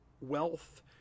wealth